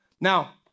Now